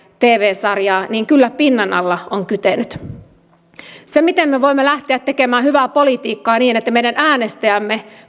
tv sarjaa niin kyllä pinnan alla on kytenyt miten me voimme lähteä tekemään hyvää politiikkaa niin että meidän äänestäjämme